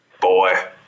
Boy